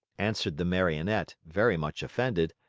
answered the marionette, very much offended.